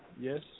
yes